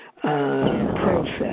process